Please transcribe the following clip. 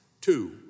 Two